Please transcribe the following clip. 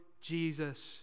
Jesus